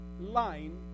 line